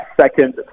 second